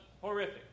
horrific